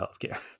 healthcare